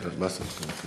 כן.